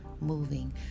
moving